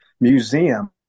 Museum